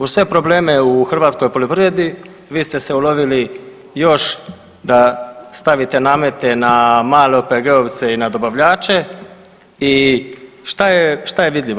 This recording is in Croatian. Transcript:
Uz sve problem u hrvatskoj poljoprivredi vi ste se ulovili još da stavite namete na male OPG-ovce i na dobavljače i što je vidljivo?